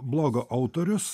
blogo autorius